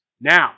Now